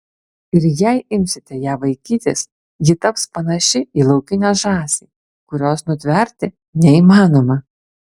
ir jei imsite ją vaikytis ji taps panaši į laukinę žąsį kurios nutverti neįmanoma